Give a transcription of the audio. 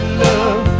love